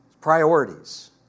Priorities